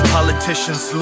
Politicians